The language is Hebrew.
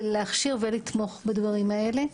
להכשיר ולתמוך בדברים האלה,